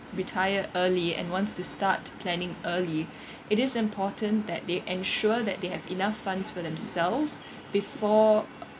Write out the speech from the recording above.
retire early and wants to start planning early it is important that they ensure that they have enough funds for themselves before